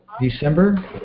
December